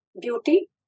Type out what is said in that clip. beauty